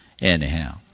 Anyhow